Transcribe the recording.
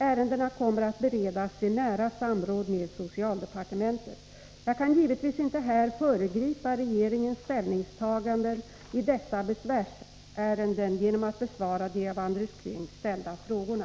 Ärendena kommer att beredas i nära samråd med socialdepartementet. Jag kan givetvis inte här föregripa regeringens ställningstaganden i dessa besvärsärenden genom att besvara de av Andres Käng ställda frågorna.